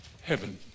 Heaven